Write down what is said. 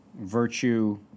virtue